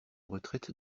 retraite